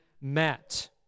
met